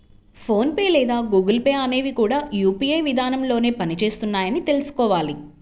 phone pay లేదా Google Pay అనేవి కూడా యూ.పీ.ఐ విధానంలోనే పని చేస్తున్నాయని తెల్సుకోవాలి